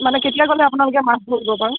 মানে কেতিয়া গ'লে আপোনালোকে মাছ ধৰিব বাৰু